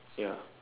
ya